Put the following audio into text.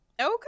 Okay